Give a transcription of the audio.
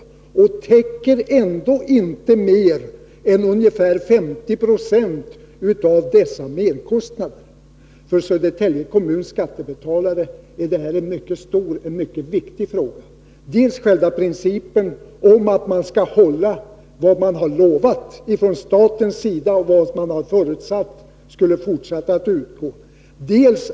Och kravet täcker ändå inte mer än ungefär 50 70 av dessa merkostnader. För Södertälje kommuns skattebetalare är detta en mycket viktig fråga. Det gäller själva principen om att man från statens sida skall hålla vad man lovat — det man förutsatt skulle fortsätta att utgå.